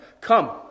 Come